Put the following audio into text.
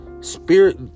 Spirit